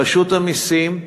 רשות המסים,